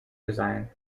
design